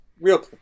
Real